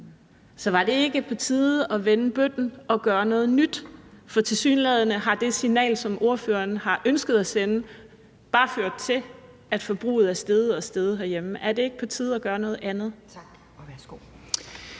Så var det ikke på tide at vende bøtten og gøre noget nyt? For tilsyneladende har det signal, som ordføreren har ønsket at sende, bare ført til, at forbruget er steget og steget herhjemme. Er det ikke på tide at gøre noget andet?